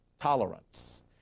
tolerance